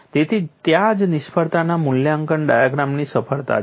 તેથી ત્યાં જ નિષ્ફળતાના મૂલ્યાંકન ડાયાગ્રામની સફળતા છે